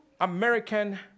American